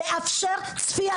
לאפשר צפייה,